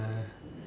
uh